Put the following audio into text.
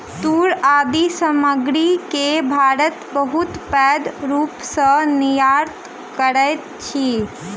तूर आदि सामग्री के भारत बहुत पैघ रूप सॅ निर्यात करैत अछि